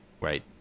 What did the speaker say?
right